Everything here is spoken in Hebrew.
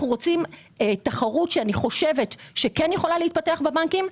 אנחנו רוצים תחרות שכן יכולה להתפתח בבנקים,